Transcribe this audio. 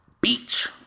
Beach